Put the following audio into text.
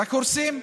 רק הורסים.